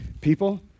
people